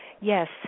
Yes